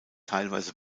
teilweise